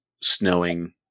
snowing